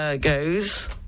Goes